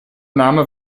name